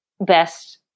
best